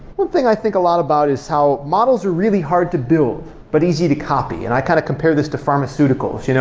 one thing i think a lot about is how models are really hard to build, but easy to copy. and i kind of compare this to pharmaceuticals. you know